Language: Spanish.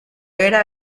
era